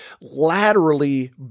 laterally